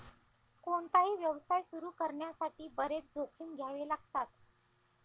कोणताही व्यवसाय सुरू करण्यासाठी बरेच जोखीम घ्यावे लागतात